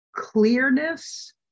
clearness